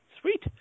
Sweet